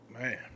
Man